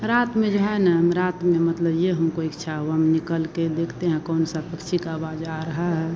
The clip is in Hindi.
रात में जो है ना हम रात में मतलब यह हमको इच्छा हुई हम निकल के देखते हैं कौन से पक्षी की आवाज़ आ रही है